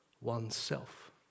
oneself